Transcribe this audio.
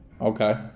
Okay